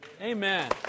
Amen